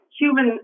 human